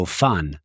fun